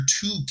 two